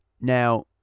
Now